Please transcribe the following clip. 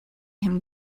him